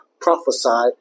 prophesied